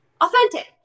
authentic